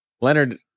Leonard